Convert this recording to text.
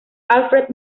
alfred